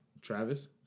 Travis